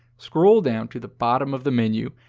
scroll down to the bottom of the menu,